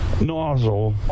nozzle